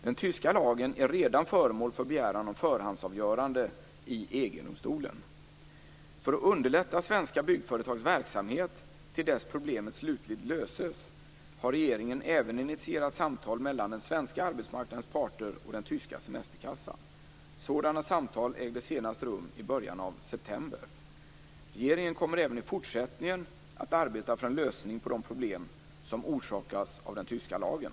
Den tyska lagen är redan föremål för begäran om förhandsavgörande i För att underlätta svenska byggföretags verksamhet till dess problemet slutligt löses, har regeringen även initierat samtal mellan den svenska arbetsmarknadens parter och den tyska semesterkassan. Sådana samtal ägde senast rum i början av september. Regeringen kommer även i fortsättningen att arbeta för en lösning på de problem som orsakas av den tyska lagen.